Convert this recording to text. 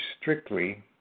strictly